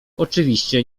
oczywiście